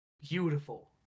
beautiful